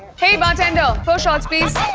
hey bartender! four shots please.